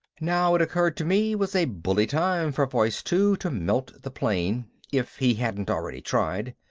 now, it occurred to me, was a bully time for voice two to melt the plane if he hadn't already tried.